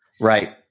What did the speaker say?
Right